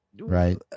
right